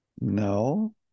no